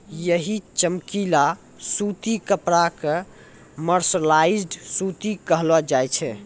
यही चमकीला सूती कपड़ा कॅ मर्सराइज्ड सूती कहलो जाय छै